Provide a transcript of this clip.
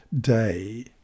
day